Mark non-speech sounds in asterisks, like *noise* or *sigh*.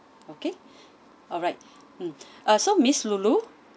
okay *breath* alright *breath* mm uh so miss lulu